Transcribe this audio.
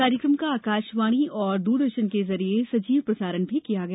कार्यक्रम का आकाशवाणी और द्रदर्शन के जरिए सजीव प्रसारण किया गया